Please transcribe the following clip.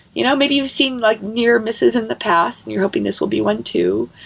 you know maybe you've seen like near-misses in the past and you're hoping this will be one too.